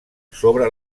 sobre